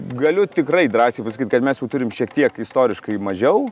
galiu tikrai drąsiai pasakyt kad mes jų turim šiek tiek istoriškai mažiau